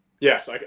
Yes